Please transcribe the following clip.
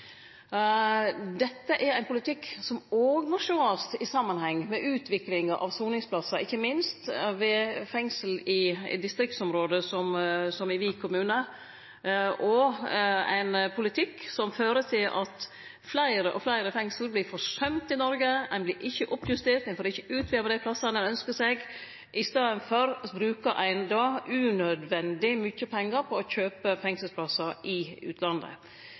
Dette er ein politikk som ein òg må sjå i samanheng med utviklinga av soningsplassar – ikkje minst ved fengsel i distriktsområde, som Vik kommune – og ein politikk som fører til at fleire og fleire fengsel vert forsømde i Noreg. Det vert ikkje oppjustert, ein får ikkje utvide på dei plassane ein ynskjer. I staden brukar ein unødvendig mykje pengar på å kjøpe fengselsplassar i utlandet.